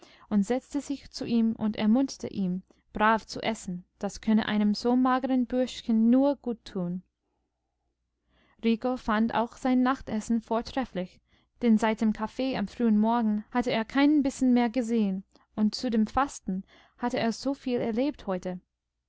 und setzte sich zu ihm und ermunterte ihn brav zu essen das könne einem so mageren bürschchen nur gut tun rico fand auch sein nachtessen vortrefflich denn seit dem kaffee am frühen morgen hatte er keinen bissen mehr gesehen und zu dem fasten hatte er so viel erlebt heute